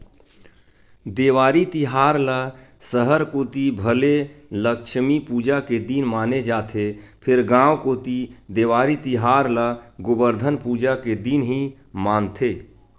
देवारी तिहार ल सहर कोती भले लक्छमी पूजा के दिन माने जाथे फेर गांव कोती देवारी तिहार ल गोबरधन पूजा के दिन ही मानथे